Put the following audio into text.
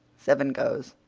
seven goes.